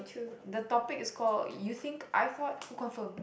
the topic is called you think I thought who confirmed